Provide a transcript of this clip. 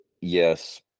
yes